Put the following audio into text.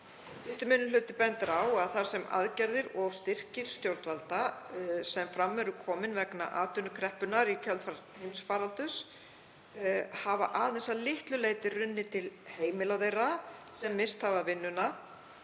1. minni hluti bendir á að þar sem aðgerðir og styrkir stjórnvalda sem fram eru komnir vegna atvinnukreppunnar í kjölfar heimsfaraldurs hafa aðeins að litlu leyti runnið til heimila þeirra sem misst hafa vinnuna